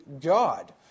God